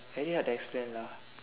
very hard to explain lah